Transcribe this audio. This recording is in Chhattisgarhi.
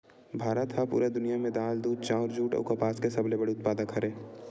भारत हा पूरा दुनिया में दाल, दूध, चाउर, जुट अउ कपास के सबसे बड़े उत्पादक हरे